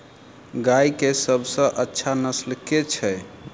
गाय केँ सबसँ अच्छा नस्ल केँ छैय?